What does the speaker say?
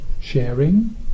sharing